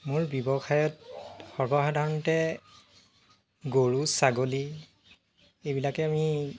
মোৰ ব্যৱসায়ত সৰ্বসাধাৰণতে গৰু ছাগলী এইবিলাকে আমি